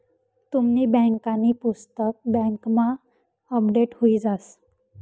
तुमनी बँकांनी पुस्तक बँकमा अपडेट हुई जास